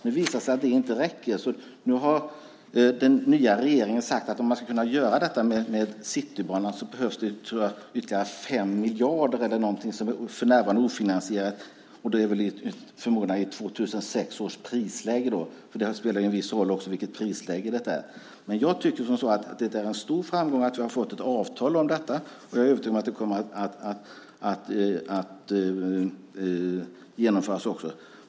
Nu visar det sig att det inte räcker, så nu har den nya regeringen sagt att om man ska kunna genomföra Citybanan så behövs det, tror jag, ytterligare 5 miljarder eller något sådant, som för närvarande är ofinansierat. Det är väl, förmodar jag, i 2006 års prisläge. Det spelar ju också en viss roll vilket prisläge det är. Jag tycker att det är en stor framgång att vi har fått ett avtal om detta. Jag är övertygad om att det kommer att genomföras också.